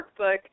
workbook